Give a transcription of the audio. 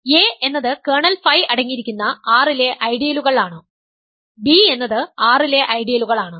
A എന്നത് kernel phi അടങ്ങിയിരിക്കുന്ന R ലെ ഐഡിയലുകൾ ആണ് B എന്നത് R ലെ ഐഡിയലുകൾ ആണ്